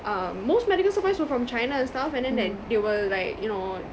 uh most medical supplies were from China and stuff and then the~ they were like you know